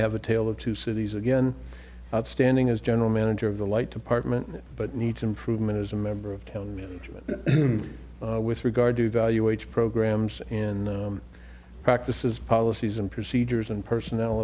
have a tale of two cities again outstanding as general manager of the light department but needs improvement as a member of telling me with regard to evaluate programs in practice is policies and procedures and personnel